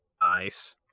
nice